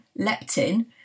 leptin